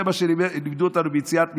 זה מה שלימדו אותנו ביציאת מצרים,